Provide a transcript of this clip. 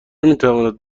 میتواند